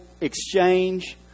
exchange